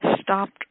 stopped